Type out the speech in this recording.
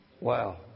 Wow